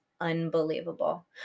unbelievable